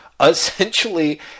Essentially